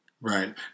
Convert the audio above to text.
Right